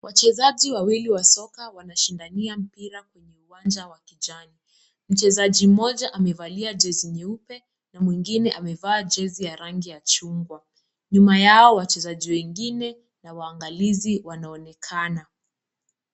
Wachezaji wawili wa soka wanashindania mpira kwenye uwanja wa kijani. Mchezaji mmoja amevalia jezi nyeupe, na mwingine amevaa jezi ya rangi ya chungwa. Nyuma yao, wachezaji wengine na waangalizi wanaonekana.